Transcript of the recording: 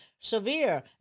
severe